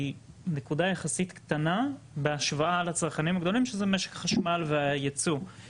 היא נקודה יחסית קטנה בהשוואה לצרכנים הגדולים שזה משק החשמל והייצוא.